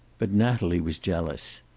but natalie was jealous.